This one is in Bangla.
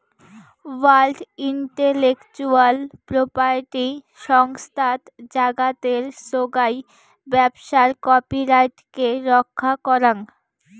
ওয়ার্ল্ড ইন্টেলেকচুয়াল প্রপার্টি সংস্থাত জাগাতের সোগাই ব্যবসার কপিরাইটকে রক্ষা করাং